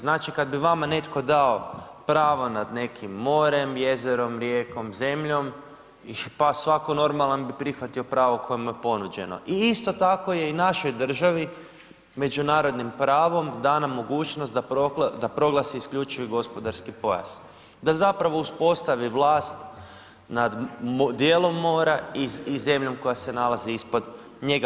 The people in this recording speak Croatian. Znači, kad bi vama netko dao pravo nad nekim morem, jezerom, rijekom, zemljom, pa svatko normalan bi prihvatio pravo koje mu je ponuđeno i isto tako je i našoj državi međunarodnim pravom dana mogućnost da proglasi isključivi gospodarski pojas, da zapravo uspostavi vlast nad dijelom mora i zemljom koja se nalazi ispod njega.